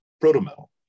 proto-metal